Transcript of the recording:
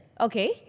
Okay